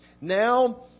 Now